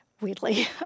weirdly